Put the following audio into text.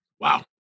Wow